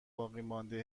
باقیمانده